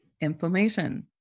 inflammation